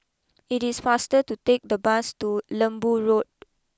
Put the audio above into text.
it is faster to take the bus to Lembu Road